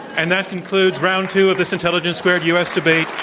and that concludes round two of this intelligence squared u. s. debate,